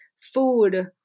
food